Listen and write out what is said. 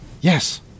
yes